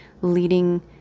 leading